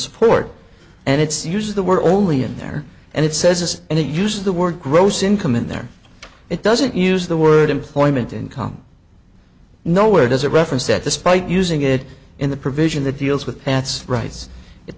support and it's use the word only in there and it says and it uses the word gross income in there it doesn't use the word employment income nowhere does it reference that despite using it in the provision that deals with that's rights it